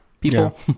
people